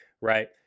right